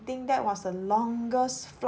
think that was the longest